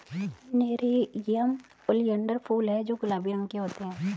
nerium oleander फूल हैं जो गुलाबी रंग के होते हैं